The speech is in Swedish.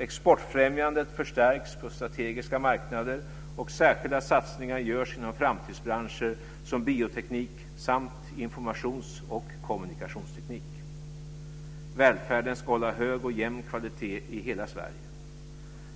Exportfrämjandet förstärks på strategiska marknader, och särskilda satsningar görs inom framtidsbranscher som bioteknik samt informations och kommunikationsteknik. Välfärden ska hålla hög och jämn kvalitet i hela landet.